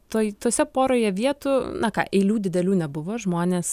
tuoj tose poroje vietų na ką eilių didelių nebuvo žmonės